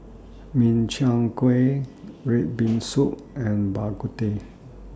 Min Chiang Kueh Red Bean Soup and Bak Kut Teh